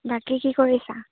বাকী কি কৰিছা